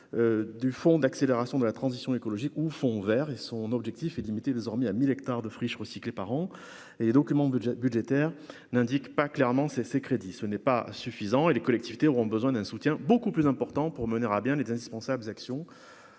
du Fonds d'accélération de la transition écologique ou fond Vert et son objectif est de limiter désormais à 1000 hectares de friches recyclés, parents et documents budgétaires. N'indiquent pas clairement ces ces crédits, ce n'est pas suffisant et les collectivités auront besoin d'un soutien beaucoup plus important pour mener à bien les indispensables : action